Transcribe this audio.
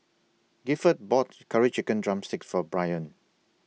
Gifford bought Curry Chicken Drumstick For Brian